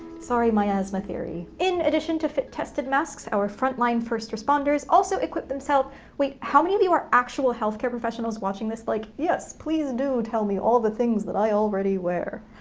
sorry, miasma theory. in addition to fit-tested masks, our front-line first responders also equip themself wait, how many of you are actual healthcare professionals, watching this like, yes, please do tell me all the things that i already wear?